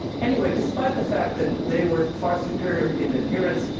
anyway, despite the fact that they were far superior in adherence,